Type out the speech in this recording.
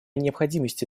необходимости